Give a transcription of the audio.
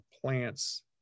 plants